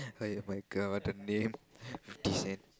I my uh what the name Fifty-Cent